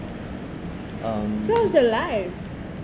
mm